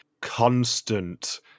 constant